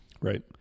Right